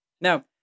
Now